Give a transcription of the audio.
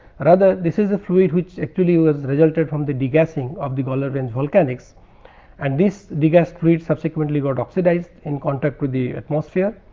rather this is a fluid which actually was resulted from the degassing of the gawler range volcanics and this degassed fluids subsequently got oxidized in contact with the atmosphere.